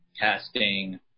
casting